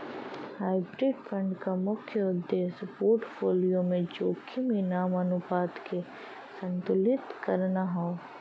hybrid fund क मुख्य उद्देश्य पोर्टफोलियो में जोखिम इनाम अनुपात के संतुलित करना हौ